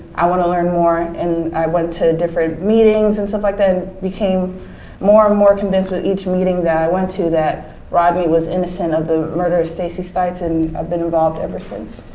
i want to learn more. and i went to different meetings and stuff like that and became more and more convinced with each meeting that i went to that rodney was innocent of the murder of stacey stites and i've been involved ever since.